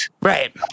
Right